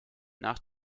nach